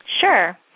Sure